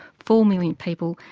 four million people,